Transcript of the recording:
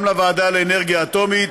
גם לוועדה לאנרגיה אטומית,